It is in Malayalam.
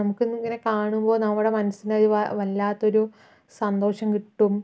നമുക്ക് എന്നും ഇങ്ങനെ കാണുമ്പോൾ നമ്മുടെ മനസ്സിന് ഒരു വ വല്ലാത്തൊരു സന്തോഷം കിട്ടും